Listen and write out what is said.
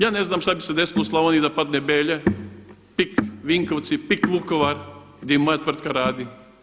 Ja ne znam što bi se desilo u Slavoniji da padne Belje, PIK Vinkovci, PIK Vukovar gdje i moja tvrtka radi.